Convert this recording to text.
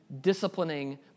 disciplining